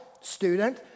student